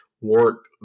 work